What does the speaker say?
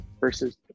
Versus